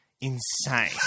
insane